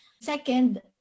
Second